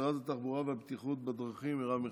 לשרת התחבורה והבטיחות בדרכים מרב מיכאלי,